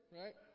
right